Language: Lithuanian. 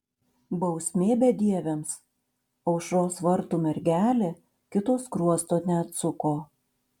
bausmė bedieviams aušros vartų mergelė kito skruosto neatsuko